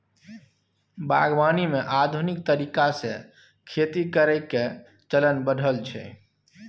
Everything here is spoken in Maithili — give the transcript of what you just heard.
बागवानी मे आधुनिक तरीका से खेती करइ के चलन बढ़ल छइ